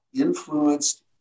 influenced